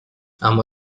اما